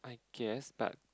guess but